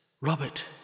Robert